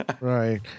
Right